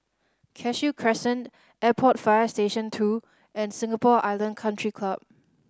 Cashew Crescent Airport Fire Station Two and Singapore Island Country Club